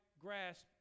grasp